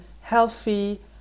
healthy